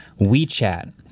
wechat